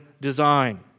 design